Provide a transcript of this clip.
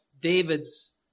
David's